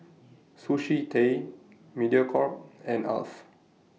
Sushi Tei Mediacorp and Alf